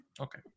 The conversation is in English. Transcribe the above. Okay